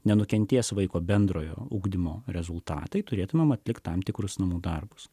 nenukentės vaiko bendrojo ugdymo rezultatai turėtų mums atlikti tam tikrus namų darbus